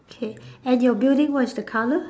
okay and your building what is the colour